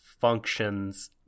functions